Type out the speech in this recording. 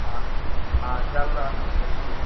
हाँ हाँ चलऽ चलै छियै